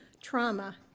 trauma